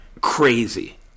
Crazy